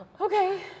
okay